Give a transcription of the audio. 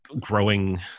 growing